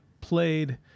played